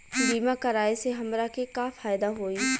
बीमा कराए से हमरा के का फायदा होई?